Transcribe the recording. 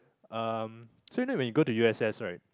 um so you know when you go to U_S_S right